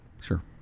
Sure